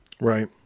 Right